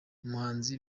umuhanzi